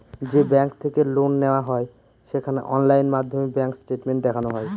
যে ব্যাঙ্ক থেকে লোন নেওয়া হয় সেখানে অনলাইন মাধ্যমে ব্যাঙ্ক স্টেটমেন্ট দেখানো হয়